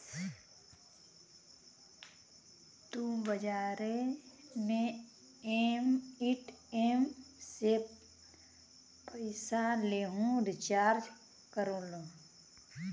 तू बजारे मे ए.टी.एम से पइसा देलू, रीचार्ज कइलू